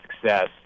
success